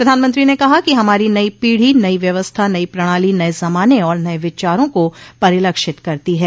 प्रधानमंत्री ने कहा कि हमारी नई पीढ़ी नई व्यवस्था नई प्रणाली नए जमाने और नए विचारों को परिलक्षित करती है